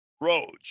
roads